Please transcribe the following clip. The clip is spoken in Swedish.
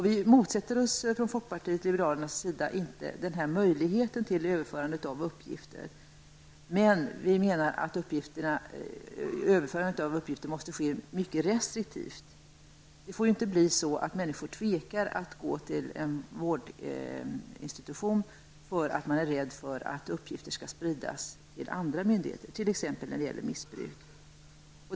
Vi motsätter oss från folkpartiet liberalernas sida inte denna möjlighet till utbyte av information, men vi anser att utlämnandet av uppgifter måste ske mycket restriktivt. Det får inte bli som så att människor tvekar att gå till en vårdinstitution därför att man är rädd för att uppgifter skall spridas till andra myndigheter, t.ex. när det gäller missbruk.